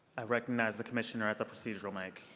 i recognize the commissioner at the procedural mic.